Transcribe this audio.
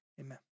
Amen